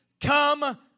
come